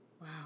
Wow